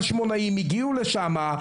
החשמונאים הגיעו לשם.